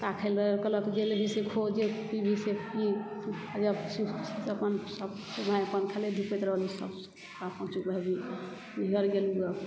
कहलक जे खेबही से खो जे पिबही से पी जब सब अपन खेलैत धुपैत रहलहुँ सब पांँचू भाय बहिन नैहर गेलहुँ गऽ